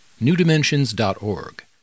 newdimensions.org